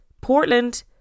Portland